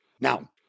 Now